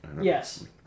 Yes